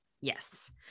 Yes